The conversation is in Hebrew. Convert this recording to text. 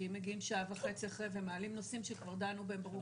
מגיעים שעה וחצי אחרי פתיחת הדיון ומעלים נושאים שכבר דנו בהם.